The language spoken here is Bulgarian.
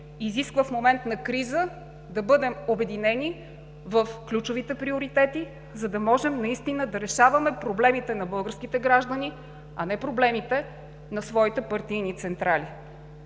изисква в момент на криза да бъдем обединени в ключовите приоритети, за да можем наистина да решаваме проблемите на българските граждани, а не проблемите на своите партийни централи.